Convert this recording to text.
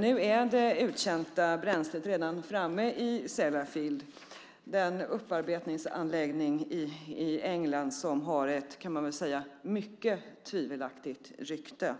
Nu är det uttjänta bränslet redan framme i Sellafield, den upparbetningsanläggning i England som har - det kan man väl säga - ett mycket tvivelaktigt rykte.